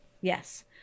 Yes